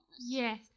Yes